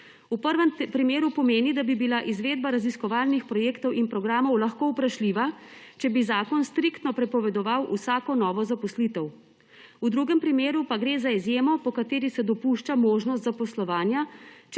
V prvem primeru pomeni, da bi bila izvedba raziskovalnih projektov in programov lahko vprašljiva, če bi zakon striktno prepovedoval vsako novo zaposlitev. V drugem primeru pa gre za izjemo, po kateri se dopušča možnost zaposlovanja,